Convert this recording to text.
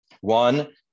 One